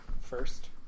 first